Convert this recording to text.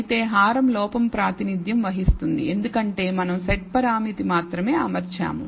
అయితే హారం లోపం ప్రాతినిధ్యం వహిస్తుంది ఎందుకంటే మనం o సెట్ పరామితి మాత్రమే అమర్చాము